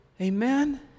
Amen